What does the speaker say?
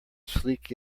sleek